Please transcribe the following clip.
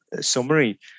summary